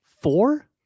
four